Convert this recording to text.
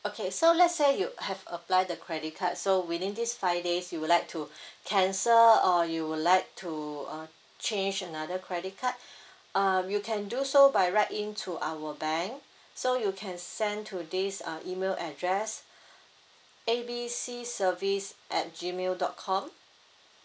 okay so let's say you have apply the credit card so within these five days you would like to cancel or you would like to uh change another credit card um you can do so by write in to our bank so you can send to this uh email address A B C service at gmail dot com